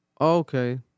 okay